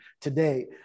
today